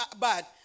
bad